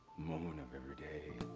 moment of every day.